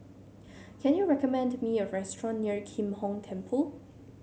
can you recommend me a restaurant near Kim Hong Temple